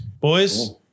Boys